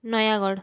Nayagarh